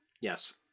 Yes